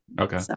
Okay